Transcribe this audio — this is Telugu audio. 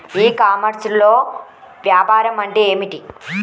ఈ కామర్స్లో వ్యాపారం అంటే ఏమిటి?